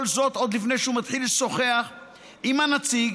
כל זאת עוד לפני שהוא מתחיל לשוחח עם הנציג